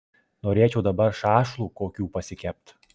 norėčiau dabar šašlų kokių pasikept